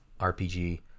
RPG